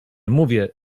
mówię